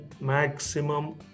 maximum